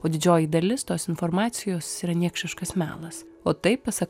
o didžioji dalis tos informacijos yra niekšiškas melas o tai pasak